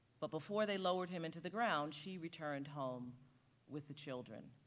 but before they lowered him into the ground, she returned home with the children.